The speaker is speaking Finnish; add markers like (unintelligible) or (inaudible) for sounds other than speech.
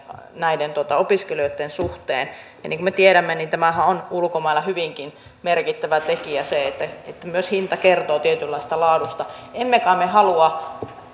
näiden opiskelijoitten suhteen ja niin kuin me tiedämme tämähän on ulkomailla hyvinkin merkittävä tekijä se että myös hinta kertoo tietynlaisesta laadusta emme kai me halua (unintelligible)